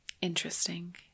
Interesting